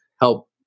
help